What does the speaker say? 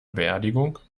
beerdigung